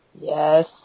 Yes